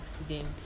accident